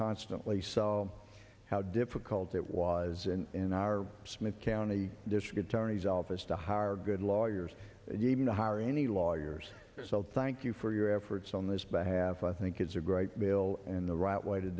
constantly so how difficult it was in in our smith county district attorney's office to hire good lawyers and even to hire any lawyers so thank you for your efforts on this behalf i think it's a great bill and the right way to